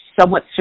somewhat